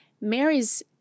Mary's